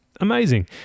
amazing